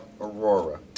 Aurora